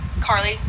carly